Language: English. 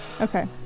Okay